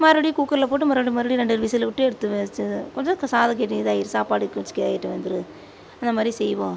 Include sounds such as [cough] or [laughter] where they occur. மறுபடி குக்கரில் போட்டு மறுபடி மறுபடி ரெண்டு விசில் விட்டு எடுத்து வச்சிடுவேன் கொஞ்சம் சாதம் கெட்டியாக இதாகிடும் சாப்பாடுக்கு [unintelligible] அந்தமாதிரி செய்வோம்